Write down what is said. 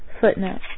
Footnote